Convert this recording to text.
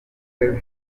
keri